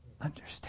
understand